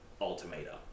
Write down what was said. Ultimatum